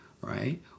right